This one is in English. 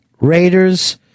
Raiders